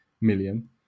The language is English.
million